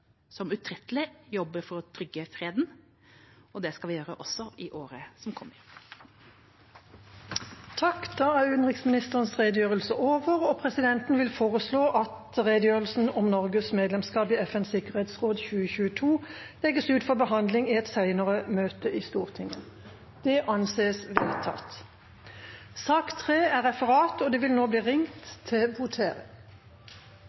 som utrettelig jobber for å trygge freden. Det skal vi gjøre også i året som kommer. Presidenten vil foreslå at redegjørelsen om Norges medlemskap i FNs sikkerhetsråd 2022 legges ut for behandling i et senere møte i Stortinget. – Det anses vedtatt. Representanten Bård Hoksrud har bedt om ordet. Tusen takk for det. Jeg er glad for imøtekommenheten til presidenten, og